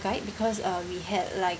guide because uh we had like